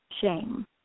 shame